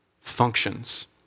functions